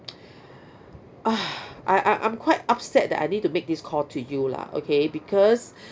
I I I'm quite upset that I need to make this call to you lah okay because